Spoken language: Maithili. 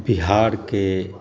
बिहारके